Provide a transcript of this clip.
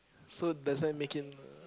so does that make it uh